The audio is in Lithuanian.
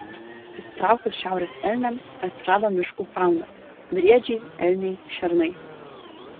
pasitraukus šiaurės elniams atsirado miškų fauna briedžiai elniai šernai